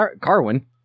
Carwin